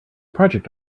project